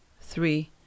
three